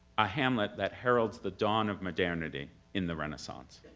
a hamlet that heralds the dawn of modernity in the renaissance.